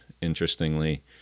interestingly